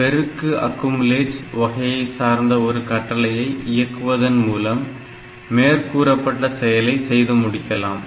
பெருக்கு அக்குமுலேட் வகையை சார்ந்த ஒரு கட்டளையை இயக்குவதன் மூலம் மேற்கூறப்பட்ட செயலை செய்து முடிக்கலாம்